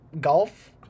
golf